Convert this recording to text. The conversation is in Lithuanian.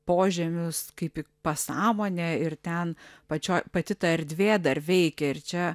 požemius kaip į pasąmonę ir ten pačioj pati ta erdvė dar veikia ir čia